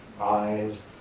eyes